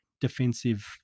defensive